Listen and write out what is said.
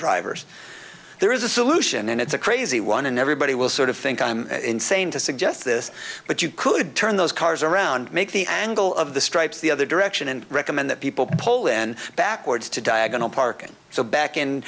drivers there is a solution and it's a crazy one and everybody will sort of think i'm insane to suggest this but you could turn those cars around make the angle of the stripes the other direction and recommend that people pull in backwards to diagonal parking so back in